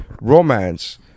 romance